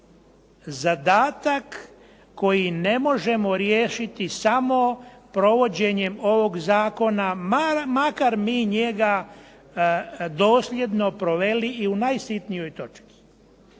zadatak koji ne možemo riješiti samo provođenjem ovoga zakona makar mi njega dosljedno proveli i u najsitnijom točki.